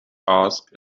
ask